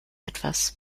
etwas